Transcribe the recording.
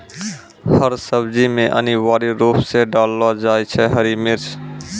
हर सब्जी मॅ अनिवार्य रूप सॅ डाललो जाय छै हरी मिर्च